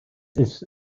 ist